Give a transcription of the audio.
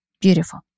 Beautiful